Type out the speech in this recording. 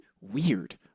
weird